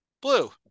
blue